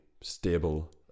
stable